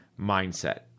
mindset